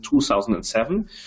2007